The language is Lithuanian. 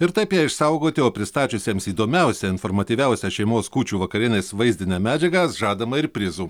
ir taip ją išsaugoti o pristačiusiems įdomiausią informatyviausią šeimos kūčių vakarienės vaizdinę medžiagą žadama ir prizų